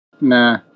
nah